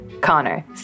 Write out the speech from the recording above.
Connor